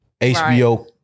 HBO